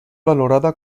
valorada